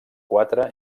quatre